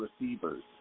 receivers